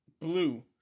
blue